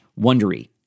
Wondery